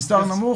מספר נמוך,